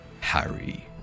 Harry